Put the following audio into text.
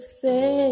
say